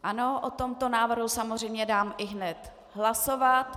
Ano, o tomto návrhu samozřejmě dám ihned hlasovat.